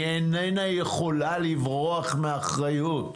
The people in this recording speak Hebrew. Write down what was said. היא איננה יכולה לברוח מאחריות.